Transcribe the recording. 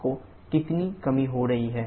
आपको कितनी कमी हो रही है